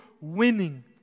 winning